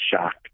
shocked